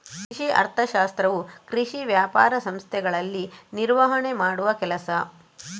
ಕೃಷಿ ಅರ್ಥಶಾಸ್ತ್ರವು ಕೃಷಿ ವ್ಯಾಪಾರ ಸಂಸ್ಥೆಗಳಲ್ಲಿ ನಿರ್ವಹಣೆ ಮಾಡುವ ಕೆಲಸ